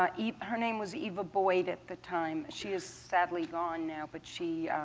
ah her name was eva boyd at the time. she is sadly gone now, but she